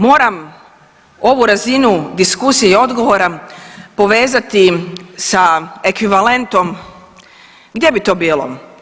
Moram ovu razinu diskusije i odgovora povezati sa ekvivalentom gdje bi to bilo.